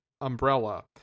umbrella